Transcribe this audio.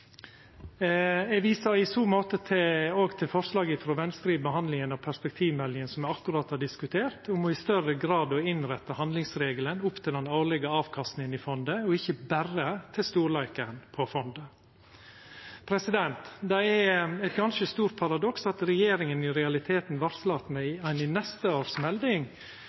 måte òg til forslaget frå Venstre i behandlinga av perspektivmeldinga, som me akkurat har diskutert, om i større grad å innretta handlingsregelen opp til den årlege avkastninga i fondet, og ikkje berre til storleiken på fondet. Det er eit ganske stort paradoks at regjeringa i realiteten varslar at ein i neste års melding